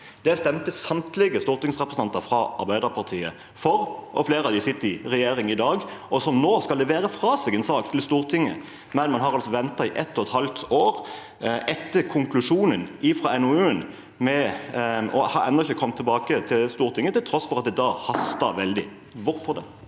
Dette stemte samtlige stortingsrepresentanter fra Arbeiderpartiet for, og flere av dem sitter i regjering i dag og skal levere fra seg en sak til Stortinget. Men man har altså ventet i ett og et halvt år etter konklusjonen fra NOU-en og har ennå ikke kommet tilbake til Stortinget til tross for at det da hastet veldig. Hvorfor det?